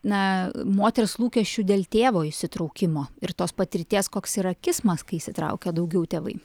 na moters lūkesčių dėl tėvo įsitraukimo ir tos patirties koks yra kismas kai įsitraukia daugiau tėvai